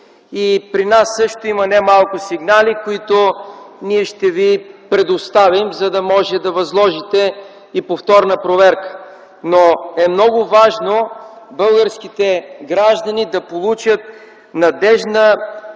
При нас също има немалко сигнали, които ще Ви предоставим, за да можете да възложите и повторна проверка. Много е важно българските граждани да получат надеждна гаранция,